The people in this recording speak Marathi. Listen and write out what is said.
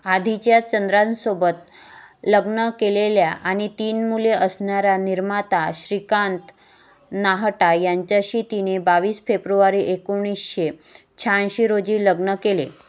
आधीच चंद्रासोबत लग्न केलेल्या आणि तीन मुले असणाऱ्या निर्माता श्रीकांत नाहटा यांच्याशी तिने बावीस फेप्रुवारी एकोणीसशे शहाऐंशी रोजी लग्न केले